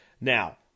Now